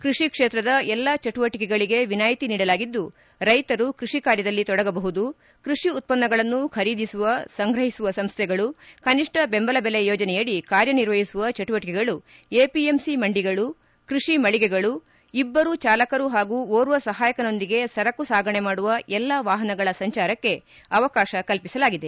ಕೃಷಿ ಕ್ಷೇತ್ರದ ಎಲ್ಲಾ ಚಟುವಟಿಕೆಗಳಿಗೆ ವಿನಾಯಿತಿ ನೀಡಲಾಗಿದ್ದು ರೈತರು ಕೃಷಿ ಕಾರ್ಯದಲ್ಲಿ ತೊಡಗಬಹುದು ಕೃಷಿ ಉತ್ಪನ್ನಗಳನ್ನು ಖರೀದಿಸುವ ಸಂಗ್ರಹಿಸುವ ಸಂಸ್ಥೆಗಳು ಕನಿಷ್ಠ ಬೆಂಬಲ ಬೆಲೆ ಯೋಜನೆಯಡಿ ಕಾರ್ಯನಿರ್ವಹಿಸುವ ಚಟುವಟಿಕೆಗಳು ಎಪಿಎಂಸಿ ಮಂಡಿಗಳು ಕೃಷಿ ಮಳಿಗೆಗಳು ಇಬ್ಬರು ಚಾಲಕರು ಹಾಗೂ ಓರ್ವ ಸಹಾಯಕನೊಂದಿಗೆ ಸರಕು ಸಾಗಾಣೆ ಮಾಡುವ ಎಲ್ಲಾ ವಾಹನಗಳ ಸಂಚಾರಕ್ಕೆ ಅವಕಾಶಕಲ್ಪಿಸಲಾಗಿದೆ